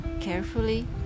carefully